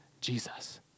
Jesus